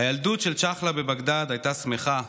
הילדות של צ'חלה בבגדאד הייתה שמחה.